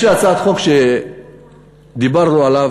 יש לי הצעת חוק שדיברנו עליה,